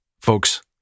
Folks